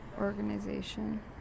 organization